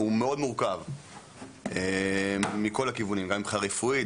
הוא מאוד מורכב מכל הכיוונים גם מבחינה רפואית,